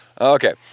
Okay